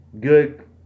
good